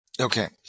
Okay